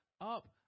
up